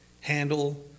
handle